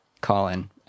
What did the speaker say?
Colin